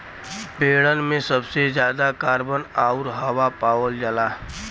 पेड़न में सबसे जादा कार्बन आउर हवा पावल जाला